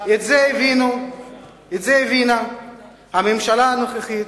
את זה הבינה הממשלה הנוכחית,